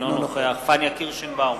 אינו נוכח פניה קירשנבאום,